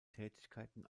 tätigkeiten